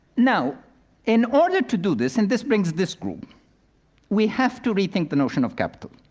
now in order to do this and this brings this group we have to rethink the notion of capital.